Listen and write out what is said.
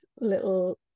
little